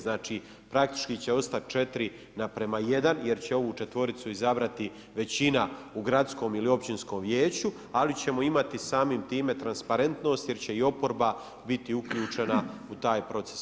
Znači praktički će ostati 4 naprema 1, jer će ovu 4 izabrati većina u gradskom ili općinskom vijeću, ali ćemo imati samim time transparentnost, jer će i oporba biti uključena u taj proces.